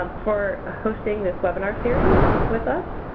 um for hosting this webinar series with us.